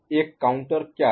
एक काउंटर क्या है